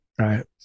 Right